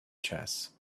chess